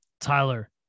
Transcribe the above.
Tyler